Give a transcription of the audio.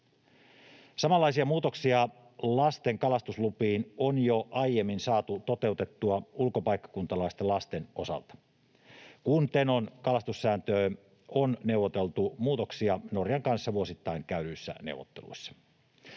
Samanlaisia muutoksia lasten kalastuslupiin on jo aiemmin saatu toteutettua ulkopaikkakuntalaisten lasten osalta, kun Tenon kalastussääntöön on neuvoteltu muutoksia Norjan kanssa vuosittain käydyissä neuvotteluissa.